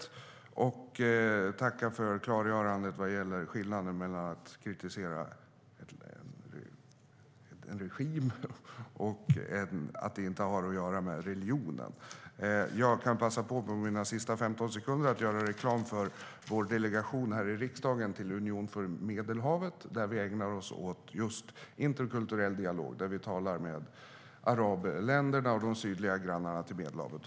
Jag vill också tacka för klargörandet vad gäller att kritik av en regim inte har med religionen att göra. Jag vill, under min sista talartid på 15 sekunder, passa på att göra reklam för vår delegation i riksdagen till Union för Medelhavet. Där ägnar vi oss åt just interkulturell dialog och talar med arabländerna, de sydliga grannarna till Medelhavet.